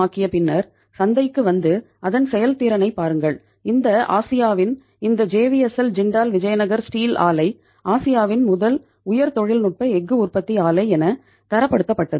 செய்ல் ஆலை ஆசியாவின் முதல் உயர் தொழில்நுட்ப எஃகு உற்பத்தி ஆலை என தரப்படுத்தப்பட்டது